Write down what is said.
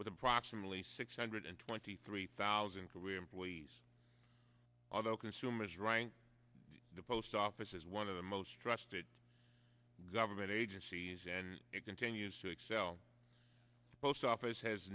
with approximately six hundred twenty three thousand career employees although consumers rank the post office is one of the most trusted government agencies and it continues to excel post office has